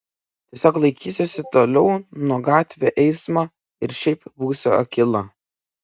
tiesiog laikysiuosi toliau nuo gatvių eismo ir šiaip būsiu akyla